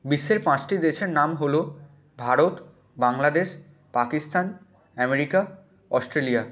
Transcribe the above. বিশ্বের পাঁচটি দেশের নাম হলো ভারত বাংলাদেশ পাকিস্তান আমেরিকা অস্ট্রেলিয়া